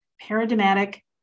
paradigmatic